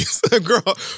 girl